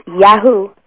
Yahoo